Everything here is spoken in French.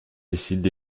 décident